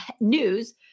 news